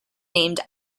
named